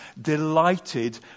delighted